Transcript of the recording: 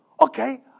okay